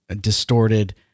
distorted